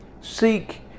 Seek